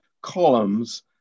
columns